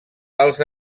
els